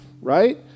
right